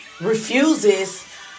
refuses